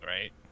right